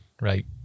right